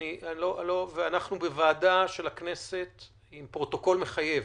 ואנחנו בוועדה של הכנסת עם פרוטוקול מחייב.